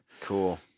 cool